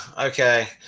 okay